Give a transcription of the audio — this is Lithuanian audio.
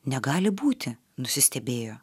negali būti nusistebėjo